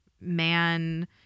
man